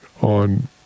on